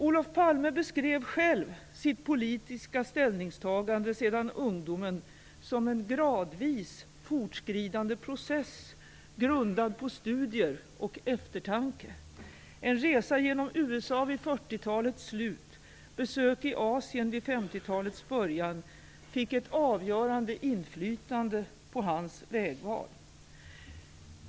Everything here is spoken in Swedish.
Olof Palme beskrev själv sitt politiska ställningstagande sedan ungdomen som en gradvis fortskridande process, grundad på studier och eftertanke. En resa genom USA vid 40-talets slut och besök i Asien vid 50-talets början fick ett avgörande inflytande för hans vägval.